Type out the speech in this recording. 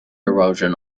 erosion